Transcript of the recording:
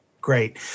Great